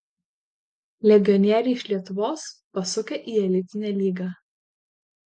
legionieriai iš lietuvos pasukę į elitinę lygą